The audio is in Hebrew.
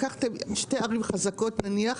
לקחתם שתי ערים חזקות נניח,